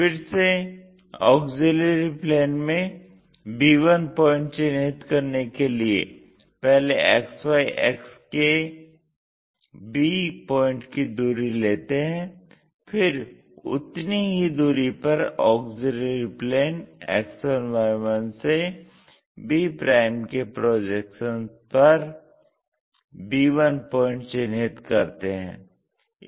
फिर से auxiliary plane में b1 पॉइंट चिन्हित करने के लिए पहले XY अक्ष से b पॉइंट की दूरी लेते हैं फिर उतनी ही दूरी पर ऑक्सिलियरी प्लेन X1Y1 से b के प्रोजेक्शन पर b1 पॉइंट चिन्हित करते हैं